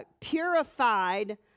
purified